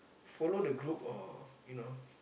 follow the group of you know